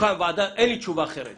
שתוקם ועדת בדיקה